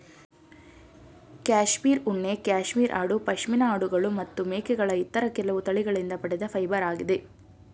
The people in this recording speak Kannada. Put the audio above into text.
ಕ್ಯಾಶ್ಮೀರ್ ಉಣ್ಣೆ ಕ್ಯಾಶ್ಮೀರ್ ಆಡು ಪಶ್ಮಿನಾ ಆಡುಗಳು ಮತ್ತು ಮೇಕೆಗಳ ಇತರ ಕೆಲವು ತಳಿಗಳಿಂದ ಪಡೆದ ಫೈಬರಾಗಿದೆ